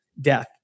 death